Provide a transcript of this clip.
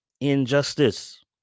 injustice